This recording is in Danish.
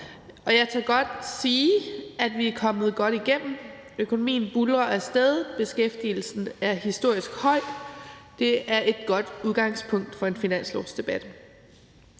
Jeg tør godt sige, at vi er kommet godt igennem, økonomien buldrer af sted, beskæftigelsen er historisk høj, og det er et godt udgangspunkt for en finanslovsdebat.